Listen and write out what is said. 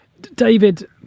David